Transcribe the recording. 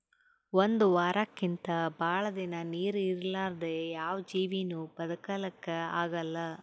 ಒಂದ್ ವಾರಕ್ಕಿಂತ್ ಭಾಳ್ ದಿನಾ ನೀರ್ ಇರಲಾರ್ದೆ ಯಾವ್ ಜೀವಿನೂ ಬದಕಲಕ್ಕ್ ಆಗಲ್ಲಾ